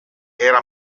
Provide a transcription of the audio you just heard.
era